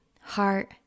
heart